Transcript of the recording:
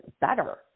better